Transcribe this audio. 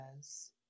says